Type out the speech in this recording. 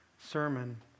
sermon